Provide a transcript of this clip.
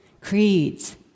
creeds